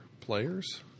players